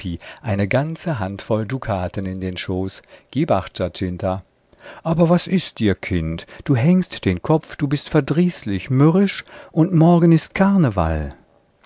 eine ganze handvoll dukaten in den schoß gib acht giacinta aber was ist dir kind du hängst den kopf du bist verdrießlich mürrisch und morgen ist karneval